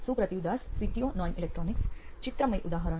સુપ્રતિવ Das CTO નોઇન electronics ચિત્રમય ઉદાહરણ